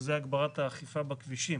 וזה הגברת האכיפה בכבישים,